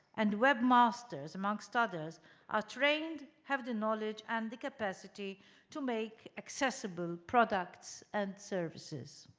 and webmasters, amongst others are trained have the knowledge and the capacity to make accessible products and services.